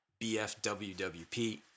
BFWWP